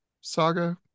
Saga